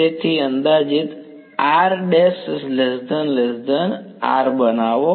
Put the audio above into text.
તેને અંદાજિત બનાવો